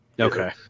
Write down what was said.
Okay